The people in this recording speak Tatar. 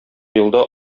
елда